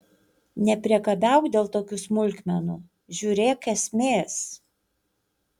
nepriekabiauk dėl tokių smulkmenų žiūrėk esmės